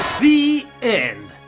the end.